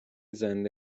زنده